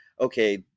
okay